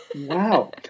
Wow